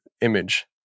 image